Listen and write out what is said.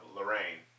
Lorraine